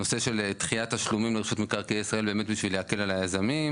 נושא של דחיית תשלומים לרשות מקרקעי ישראל באמת בשביל להקל על היזמים,